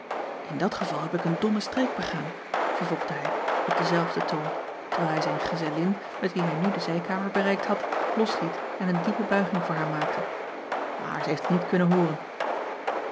in dat geval heb ik een domme streek begaan vervolgde hij op denzelfden toon terwijl hij zijn gezellin met wie hij nu de zijkamer bereikt had losliet en een diepe buiging voor haar maakte maar zij heeft het niet kunnen hooren